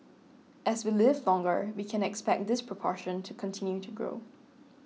as we live longer we can expect this proportion to continue to grow